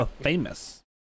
Famous